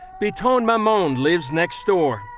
baton mamon lives next door.